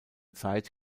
zeit